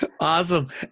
awesome